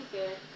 Okay